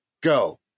go